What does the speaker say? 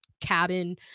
cabin